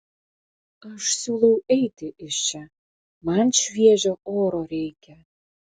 aš siūlau eiti iš čia man šviežio oro reikia